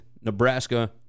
Nebraska